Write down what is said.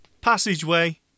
Passageway